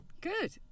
Good